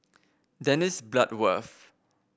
Dennis Bloodworth